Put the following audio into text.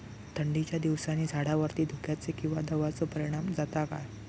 थंडीच्या दिवसानी झाडावरती धुक्याचे किंवा दवाचो परिणाम जाता काय?